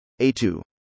A2